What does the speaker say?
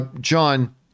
John